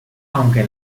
aunque